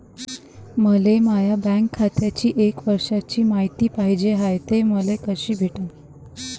मले माया बँक खात्याची एक वर्षाची मायती पाहिजे हाय, ते मले कसी भेटनं?